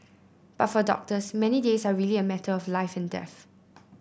but for doctors many days are really a matter of life and death